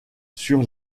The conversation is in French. sur